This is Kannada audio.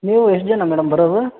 ನೀವು ಎಷ್ಟು ಜನ ಮೇಡಮ್ ಬರೋದು